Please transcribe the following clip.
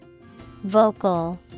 Vocal